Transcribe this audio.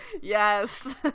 yes